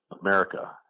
America